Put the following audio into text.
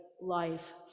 life